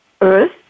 earth